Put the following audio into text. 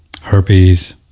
herpes